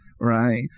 Right